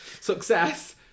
Success